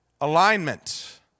Alignment